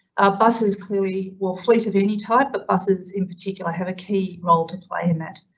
our buses clearly will fleet at any time, but buses in particular have a key role to play in that.